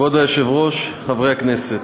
כבוד היושב-ראש, חברי הכנסת,